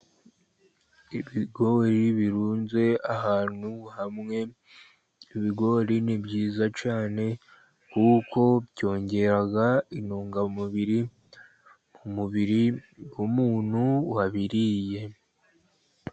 Ibigoriri birunze ahantu hamwe, ibigori ni byiza cyane kuko byongera intungamubiri mu mubiri w'umuntu wabiriye.